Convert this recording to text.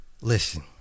listen